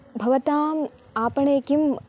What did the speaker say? भवताम् आपाणे किम्